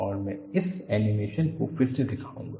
और मैं इस एनीमेशन को फिर से दिखाऊंगा